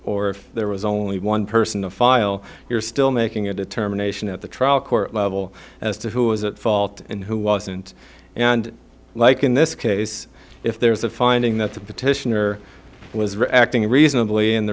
or if there was only one person to file you're still making a determination at the trial court level as to who was at fault and who wasn't and like in this case if there is a finding that the petitioner was acting reasonably in the